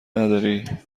نداری